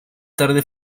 tarde